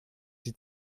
die